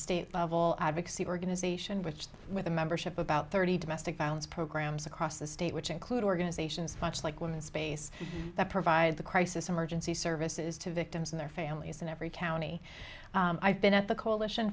all advocacy organization which with a membership about thirty domestic violence programs across the state which include organizations fucks like women space that provide the crisis emergency services to victims and their families in every county i've been at the coalition